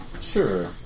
Sure